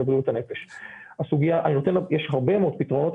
יש הרבה מאוד פתרונות,